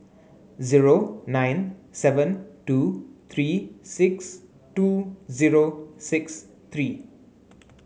zero nine seven two three six two zero six three